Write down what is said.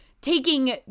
taking